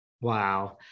Wow